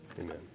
amen